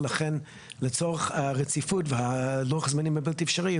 ולכן לצורך הרציפות ולוח הזמנים הבלתי אפשרי,